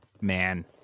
man